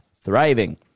thriving